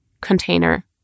container